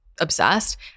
obsessed